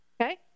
Okay